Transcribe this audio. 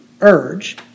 urge